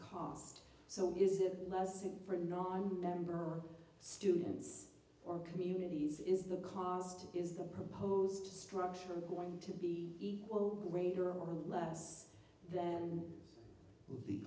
cost so is it less it for non member students or communities is the cost is the proposed structure going to be open greater or less than the